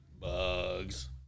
Bugs